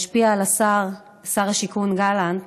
להשפיע על השר, שר השיכון גלנט,